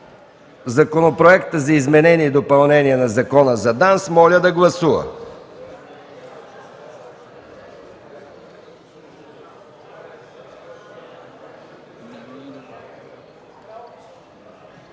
Законопроекта за изменение и допълнение на Закона за ДАНС, моля да гласува.